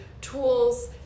tools